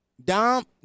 Dom